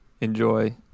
enjoy